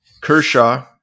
Kershaw